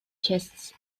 chests